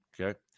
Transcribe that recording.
Okay